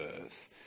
earth